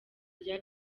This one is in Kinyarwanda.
rya